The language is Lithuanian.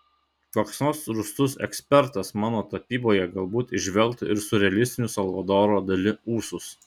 koks nors rūstus ekspertas mano tapyboje galbūt įžvelgtų ir siurrealistinius salvadoro dali ūsus